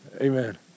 Amen